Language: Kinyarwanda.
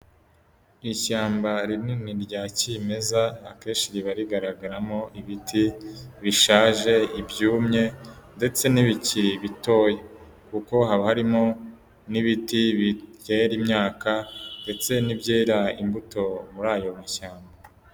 Ishyamba rinini rya kimeza, akenshi riba rigaragaramo ibiti: bishaje, ibyumye ndetse n'ibikiri bitoya kuko haba harimo n'ibiti bitera imyaka ndetse n'ibyera imbuto muri ayo mashyamba.